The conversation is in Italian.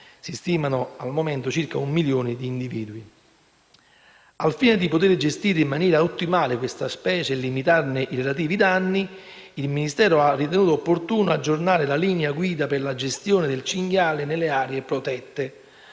(si stimano al momento circa un milione di individui). Al fine di poter gestire in maniera ottimale questa specie e limitarne i relativi danni, il Ministero ha ritenuto opportuno aggiornare le linee guida per la gestione del cinghiale nelle aree protette.